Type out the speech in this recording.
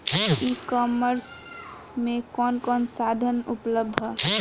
ई कॉमर्स में कवन कवन साधन उपलब्ध ह?